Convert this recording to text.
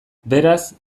beraz